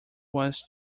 was